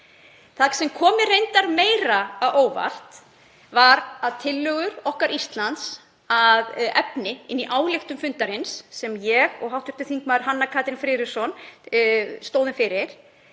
Það sem kom mér reyndar meira á óvart var að tillögur okkar Íslands að efni inn í ályktun fundarins, sem ég og hv. þm. Hanna Katrín Friðriksson stóðum fyrir,